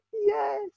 yes